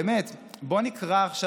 באמת, בואו נקרא עכשיו.